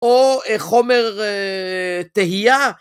או חומר תהייה